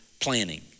planning